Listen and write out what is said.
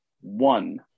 one